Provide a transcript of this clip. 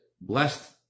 blessed